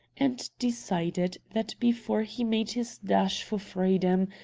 and decided that before he made his dash for freedom,